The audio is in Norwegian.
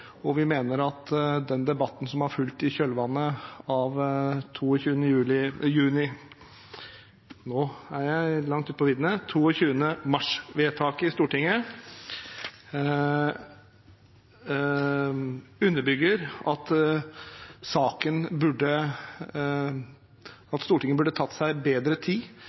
og vi mener at den debatten som har fulgt i kjølvannet av 22. mars-vedtaket i Stortinget, underbygger at Stortinget burde tatt seg bedre tid